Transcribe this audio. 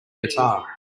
guitar